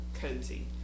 cozy